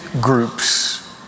groups